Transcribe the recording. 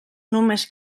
només